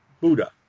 Buddha